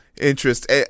interest